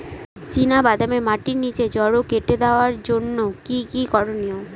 চিনা বাদামে মাটির নিচে জড় কেটে দেওয়ার জন্য কি কী করনীয়?